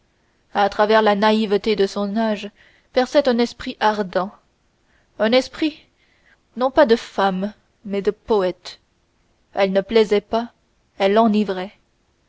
à travers la naïveté de son âge perçait un esprit ardent un esprit non pas de femme mais de poète elle ne plaisait pas elle enivrait